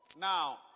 Now